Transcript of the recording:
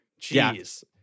Jeez